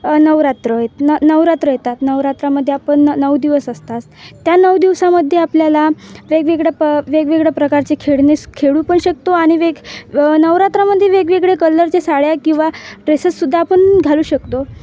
नवरात्र ये न नवरात्र येतात नवरात्रामध्ये आपण न नऊ दिवस असतात त्या नऊ दिवसामध्ये आपल्याला वेगवेगळ्या प वेगवेगळ्या प्रकारचे खेळाने खेळू पण शकतो आणि वेग नवरात्रामध्ये वेगवेगळे कलरच्या साड्या किंवा ड्रेसेससुद्धा आपण घालू शकतो